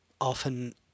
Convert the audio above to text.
often